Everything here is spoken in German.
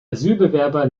asylbewerber